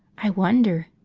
i wonder!